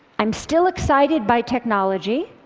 i'm still excited by technology,